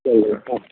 சரிங்கண்ணா ஆ